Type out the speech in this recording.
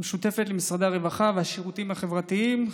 ומשותפת למשרדי הרווחה והשירותים החברתיים,